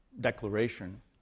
declaration